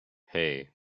hey